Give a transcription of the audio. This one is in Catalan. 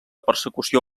persecució